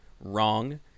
wrong